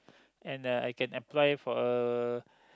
and uh I can apply for a